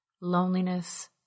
loneliness